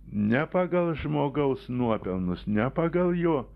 ne pagal žmogaus nuopelnus ne pagal jo